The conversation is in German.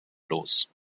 los